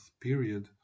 period